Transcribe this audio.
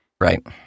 Right